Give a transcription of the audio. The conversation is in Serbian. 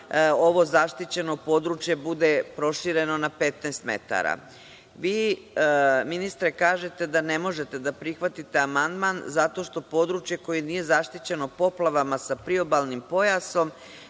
ovo zaštićeno područje bude prošireno na 15 metara. Vi ministre kažete da ne možete da prihvatite amandman zato što područje koje nije zaštićeno poplavama sa priobalnim pojasom